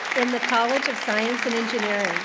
in the college of science and engineering.